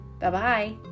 Bye-bye